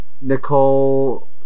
Nicole